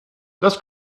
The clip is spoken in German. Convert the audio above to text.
das